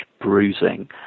bruising